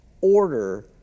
Order